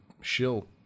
shill